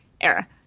era